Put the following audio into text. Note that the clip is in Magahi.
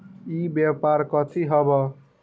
ई व्यापार कथी हव?